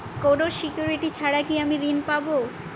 কোনো সিকুরিটি ছাড়া কি আমি ঋণ পাবো?